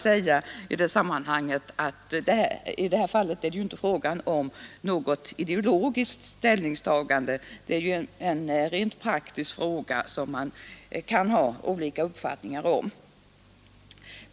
Jag vill bara säga att här gäller det ju inte något ideologiskt ställningstagande — det är en rent praktisk fråga som man kan ha olika uppfattningar om.